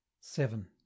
seven